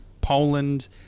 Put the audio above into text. poland